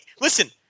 Listen